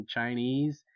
Chinese